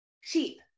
sheep